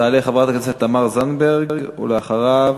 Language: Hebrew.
תעלה חברת הכנסת תמר זנדברג, ואחריה,